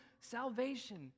salvation